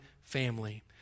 family